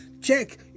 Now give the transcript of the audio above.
Check